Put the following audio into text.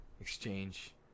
Exchange